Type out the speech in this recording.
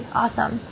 awesome